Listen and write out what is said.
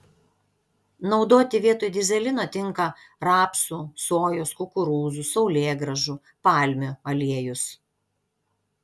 naudoti vietoj dyzelino tinka rapsų sojos kukurūzų saulėgrąžų palmių aliejus